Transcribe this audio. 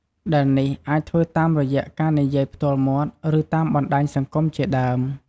ដែលនេះអាចធ្វើតាមរយៈការនិយាយផ្ទាល់មាត់ ឬតាមបណ្ដាញសង្គមជាដើម។